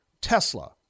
Tesla